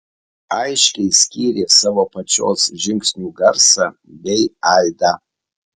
aiškiai skyrė savo pačios žingsnių garsą bei aidą